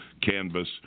canvas